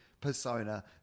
persona